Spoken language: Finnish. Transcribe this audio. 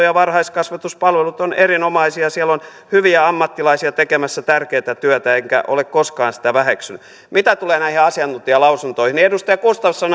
ja varhaiskasvatuspalvelut ovat erinomaisia siellä on hyviä ammattilaisia tekemässä tärkeätä työtä enkä ole koskaan sitä väheksynyt mitä tulee näihin asiantuntijalausuntoihin niin edustaja gustafsson sanoi